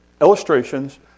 illustrations